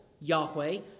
Yahweh